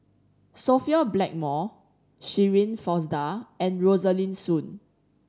Sophia Blackmore Shirin Fozdar and Rosaline Soon